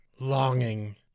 longing